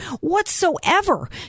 whatsoever